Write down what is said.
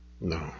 No